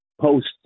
post